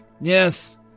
Yes